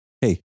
Hey